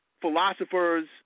philosophers